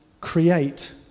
create